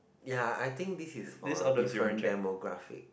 ya I think this is for different demographic